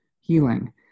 healing